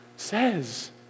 says